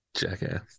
jackass